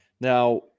Now